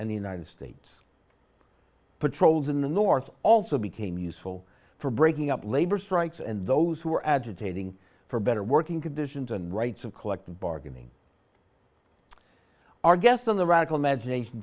and the united states patrols in the north also became useful for breaking up labor strikes and those who are agitating for better working conditions and rights of collective bargaining our guest on the radical imagination